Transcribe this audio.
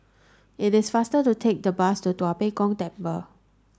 it is faster to take the bus to Tua Pek Kong Temple